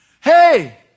Hey